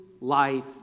life